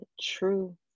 true